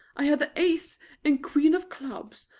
i had the ace and queen of clubs,